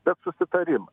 bet susitarimai